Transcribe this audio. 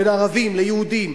בין ערבים ליהודים,